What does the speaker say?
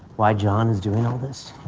why john is doing all this.